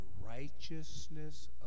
righteousness